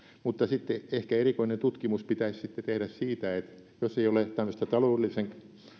mutta sitten ehkä erillinen tutkimus pitäisi tehdä siitä että jos ei ole tämmöistä taloudellisen